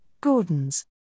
Gordon's